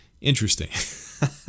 Interesting